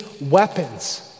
weapons